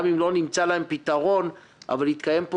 גם אם לא נמצא להן פתרון יתקיים פה